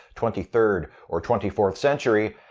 twenty third, or twenty fourth century.